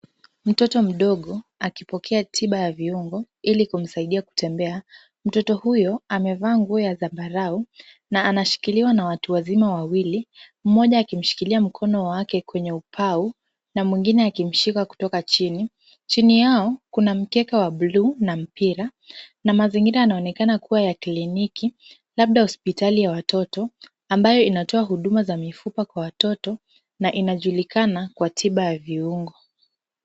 Mtoto mdogo akipokea tiba ya viungo ili kumsaidia kutembea. Mtoto huyo amevaa nguo ya zambarau na anashikiliwa na watu wazima wawili, mmoja akimshikilia mkono wake kwenye ubavu na mwingine akimshika kutoka chini. Chini yao kuna mkeka wa bluu na mpira na mazingira yanaonekana kuwa ya kliniki labda hospitali ya watoto ambayo inatoa huduma za mifupa kwa watoto na inajulikana kwa tiba ya viungo.